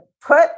put